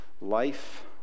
life